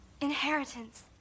Inheritance